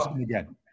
again